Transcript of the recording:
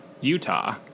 Utah